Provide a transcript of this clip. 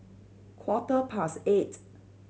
quarter past eight